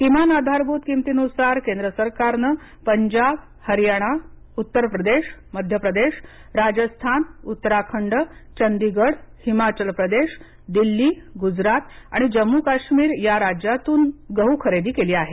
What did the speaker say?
किमान आधारभूत किमतीनुसार केंद्रसरकारनं पंजाब हरियाणा उत्तरप्रदेश मध्यप्रदेश राजस्थान उत्तराखंड चंडीगड हिमाचल प्रदेश दिल्ली गुजरात आणि जम्मू काश्मीर या राज्यातून ही गहू खरेदी केली आहे